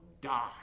die